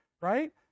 right